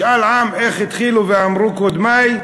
משאל עם, איך התחילו ואמרו קודמי,